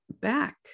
back